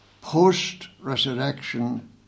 post-resurrection